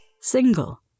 Single